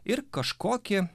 ir kažkokį